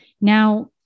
Now